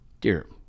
Dear